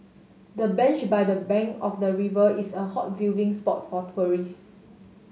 the bench by the bank of the river is a hot viewing spot for tourist